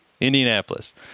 Indianapolis